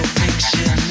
fiction